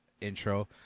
intro